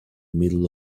middle